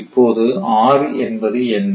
இப்போது r என்பது என்ன